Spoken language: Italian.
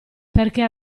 perché